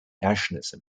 nationalism